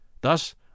Thus